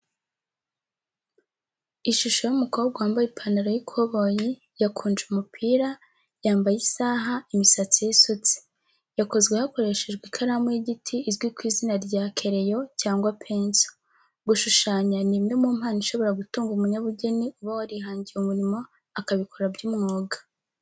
Ishusho y'umukobwa wambaye ipantaro y'ikoboyi, yakunje umupira, yambaye isaha, imisatsi ye isutse yakozwe hakoreshejwe ikaramu y’igiti izwi ku izina rya kereyo cyangwa penso. Gushushanya ni imwe mu mpano ishobora gutunga umunyabugeni uba warihangiye umurimo, akabikora by'umwuga.